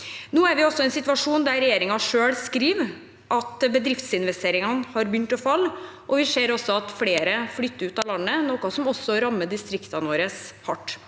Nå er vi også i en situasjon der regjeringen selv skriver at bedriftsinvesteringene har begynt å falle, og vi ser at flere flytter ut av landet, noe som også rammer distriktene våre hardt.